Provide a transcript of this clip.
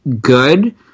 good